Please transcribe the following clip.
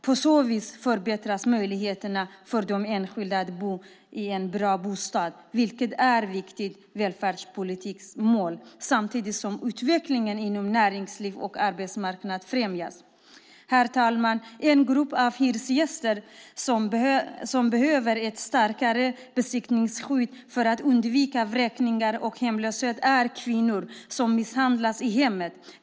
På så vis förbättras möjligheterna för den enskilde att bo i en bra bostad, vilket är ett viktigt välfärdspolitiskt mål, samtidigt som utvecklingen inom näringsliv och arbetsmarknad främjas. Herr talman! En grupp av hyresgäster som behöver ett starkare besittningsskydd för att undvika vräkningar och hemlöshet är kvinnor som misshandlas i hemmet.